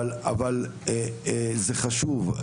אבל זה חשוב.